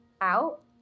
Out